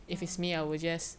orh